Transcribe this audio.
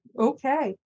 okay